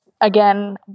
again